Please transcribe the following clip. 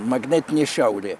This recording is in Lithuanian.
magnetinė šiaurė